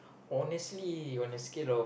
honestly on a scale of